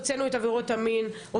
הוצאנו את עבירות המין,